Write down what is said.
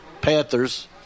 Panthers